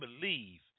believe